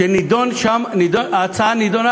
ההצעה נדונה